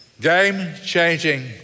Game-changing